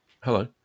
Hello